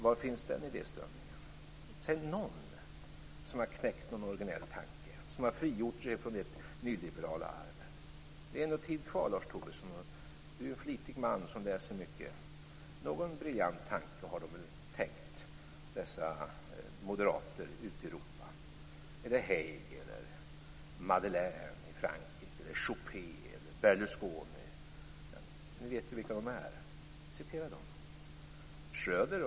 Var finns den idéströmningen? Säg någon som har knäckt någon originell tanke och frigjort sig från ert nyliberala arv! Det är ännu tid kvar, Lars Tobisson. Du är en flitig man som läser mycket. Någon briljant tanke har de väl tänkt dessa moderater ute i Europa eller Hague, Madelin i Frankrike, Juppé eller Berlusconi? Ni vet ju vilka de är. Citera dem!